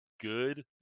good